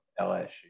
LSU